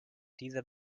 dieser